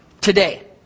today